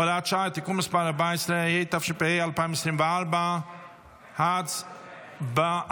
(הוראת שעה) (תיקון מס' 14), התשפ"ה 2024. הצבעה.